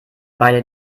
beide